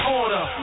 order